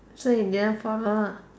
so you didn't follow ah